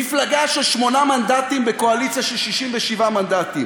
מפלגה של 8 מנדטים בקואליציה של 67 מנדטים,